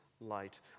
light